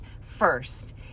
first